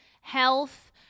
health